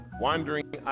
wandering